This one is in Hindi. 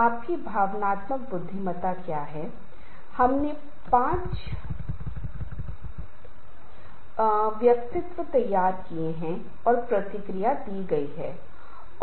इसलिए बहुत स्पष्ट रूप से यह कहा जा सकता है कि हमें पलायन नहीं करना चाहिए संघर्षपूर्ण परिस्थितियों से दूर नहीं भागना चाहिए बल्कि सामना करना होगा